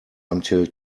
until